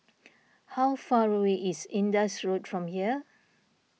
how far away is Indus Road from here